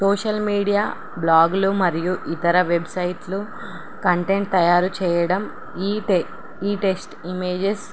social media బ్లాగులు మరియు ఇతర వెబ్సైట్లు కంటెంట్ తయారు చేయడం ఈ టె ఈ టెస్ట్ ఇమేజెస్